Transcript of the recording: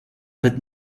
but